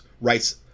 writes